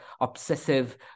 obsessive